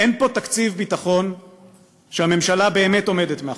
אין פה תקציב ביטחון שהממשלה באמת עומדת מאחוריו.